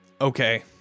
Okay